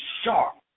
sharp